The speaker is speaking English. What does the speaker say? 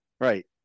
Right